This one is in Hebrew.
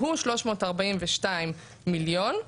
שהוא 342 מיליון,